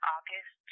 August